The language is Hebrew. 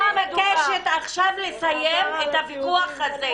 אני מבקשת עכשיו לסיים את הוויכוח הזה.